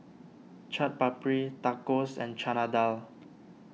Chaat Papri Tacos and Chana Dal